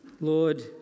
Lord